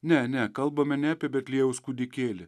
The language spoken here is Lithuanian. ne ne kalbame ne apie betliejaus kūdikėlį